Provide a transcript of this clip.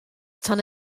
tan